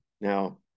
Now